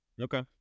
Okay